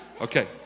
Okay